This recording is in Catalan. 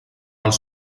els